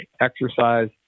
exercise